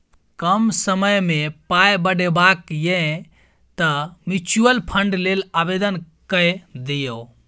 कम समयमे पाय बढ़ेबाक यै तँ म्यूचुअल फंड लेल आवेदन कए दियौ